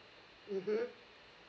mmhmm